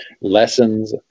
lessons